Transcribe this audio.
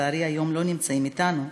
שלצערי היום לא נמצאים אתנו,